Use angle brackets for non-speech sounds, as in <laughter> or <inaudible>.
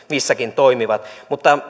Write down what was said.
<unintelligible> missäkin toimivat mutta